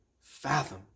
fathom